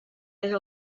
era